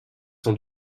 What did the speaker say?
sont